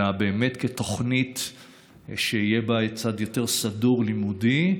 אלא באמת כתוכנית שיהיה בה צד יותר סדור, לימודי,